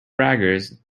braggers